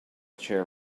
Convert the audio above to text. chair